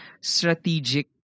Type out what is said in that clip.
strategic